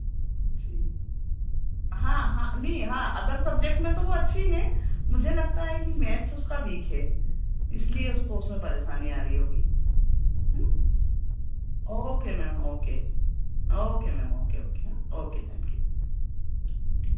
जी हाँ हाँ नहीं हाँ अदर सब्जेक्ट में तो वह अच्छी है मुझे लगता है कि मैथ्स उसका वीक है इसलिए उसको उसमें परेशानी आ रही होगी है ना okay ma'am okay okay ma'am okay okay है ना ओके थैंक यू